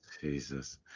Jesus